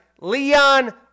Leon